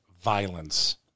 violence